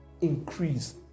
increase